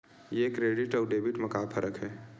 ये क्रेडिट आऊ डेबिट मा का फरक है?